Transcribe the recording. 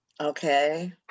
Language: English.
Okay